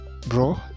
Bro